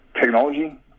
technology